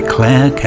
Claire